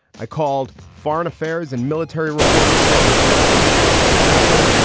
i called foreign affairs and military reporter fred kaplan, the great fred kaplan,